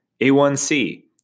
a1c